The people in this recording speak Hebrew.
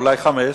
אולי חמש?